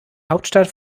hauptstadt